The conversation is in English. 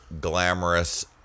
glamorous